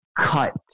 cut